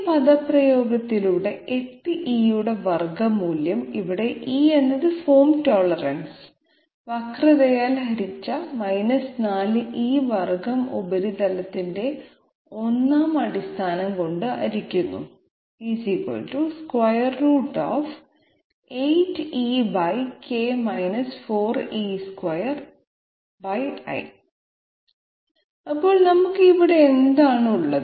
ഈ പദപ്രയോഗത്തിലൂടെ 8 e യുടെ വർഗ്ഗമൂല്യം ഇവിടെ e എന്നത് ഫോം ടോളറൻസ് വക്രതയാൽ ഹരിച്ചാൽ 4 e വർഗ്ഗം ഉപരിതലത്തിന്റെ 1 ആം അടിസ്ഥാനം കൊണ്ട് ഹരിക്കുന്നു അപ്പോൾ നമുക്ക് ഇവിടെ എന്താണ് ഉള്ളത്